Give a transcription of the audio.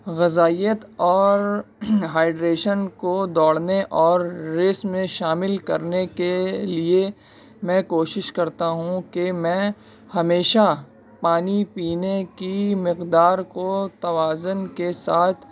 غذائیت اور ہائڈریشن کو دوڑنے اور ریس میں شامل کرنے کے لیے میں کوشش کرتا ہوں کہ میں ہمیشہ پانی پینے کی مقدار کو توازن کے ساتھ